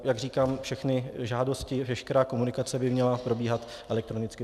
Jak říkám, všechny žádosti, veškerá komunikace by měla probíhat elektronicky.